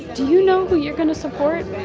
do you know who you're going to support?